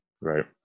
Right